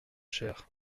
cher